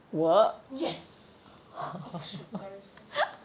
yes oh shoot sorry sorry